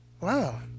Wow